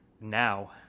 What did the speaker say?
now